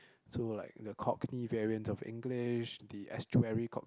so like the cogni variants of English the astuary cogni